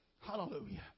Hallelujah